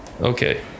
okay